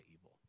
evil